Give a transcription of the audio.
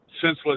senseless